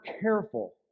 careful